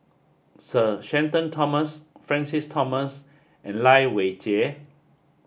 sir Shenton Thomas Francis Thomas and Lai Weijie